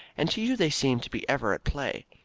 and to you they seem to be ever at play.